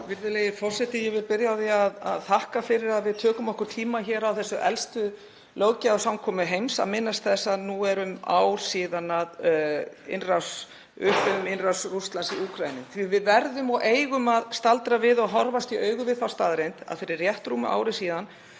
Virðulegi forseti. Ég vil byrja á því að þakka fyrir að við tökum okkur tíma hér á þessari elstu löggjafarsamkomu heims að minnast þess að nú er um ár síðan við upplifðum innrás Rússlands í Úkraínu. Við verðum og eigum að staldra við og horfast í augu við þá staðreynd að fyrir rétt rúmu ári síðan